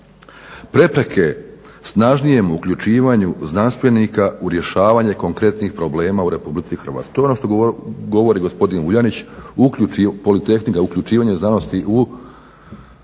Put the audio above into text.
Prepreke snažnijem uključivanju znanstvenika u rješavanje konkretnih problema u Republici Hrvatskoj. To je ono što govori gospodin Vuljanić uključi i politehnika,